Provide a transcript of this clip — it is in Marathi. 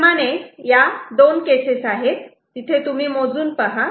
त्याचप्रमाणे ह्या दोन केसेस आहेत तिथे तुम्ही मोजून पहा